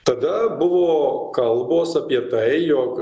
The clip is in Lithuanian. tada buvo kalbos apie tai jog